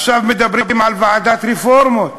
עכשיו מדברים על ועדת רפורמות,